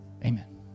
amen